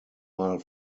mal